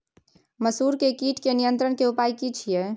मसूर के कीट के नियंत्रण के उपाय की छिये?